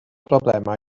broblemau